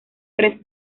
tres